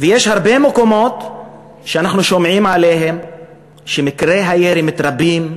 ויש הרבה מקומות שאנחנו שומעים עליהם שמקרי הירי בהם מתרבים,